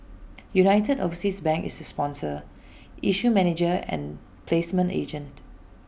united overseas bank is the sponsor issue manager and placement agent